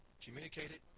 communicated